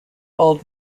all